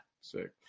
Sick